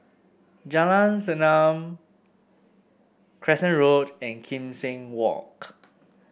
Jalan Segam Crescent Road and Kim Seng Walk